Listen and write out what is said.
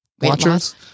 watchers